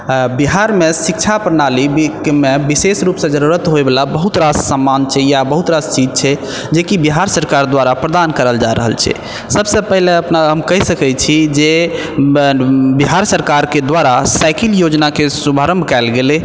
बिहारमे शिक्षा प्रणालीकेमे विशेष रूप से जरूरत होइ बला बहुत रास सामान छै या बहुत रास चीज छै जे कि बिहार सरकार दुआरा प्रदान करल जा रहल छै सब से पहले अपना हम कहि सकैत छी जे बिहार सरकारके दुआरा साइकिल योजनाके शुभारम्भ कयल गेलै